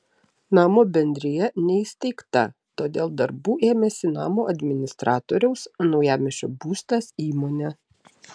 namo bendrija neįsteigta todėl darbų ėmėsi namo administratoriaus naujamiesčio būstas įmonė